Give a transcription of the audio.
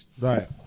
Right